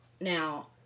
Now